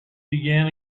began